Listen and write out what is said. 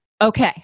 okay